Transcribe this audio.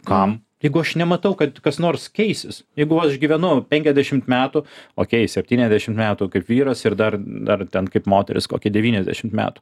kam jeigu aš nematau kad kas nors keisis jeigu aš gyvenau penkiasdešimt metų okey septyniasdešimt metų kaip vyras ir dar dar ten kaip moteris kokį devyniasdešimt metų